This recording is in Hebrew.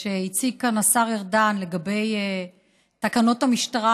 כל כך שהציג כאן השר ארדן לגבי תקנות המשטרה,